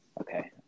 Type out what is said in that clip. Okay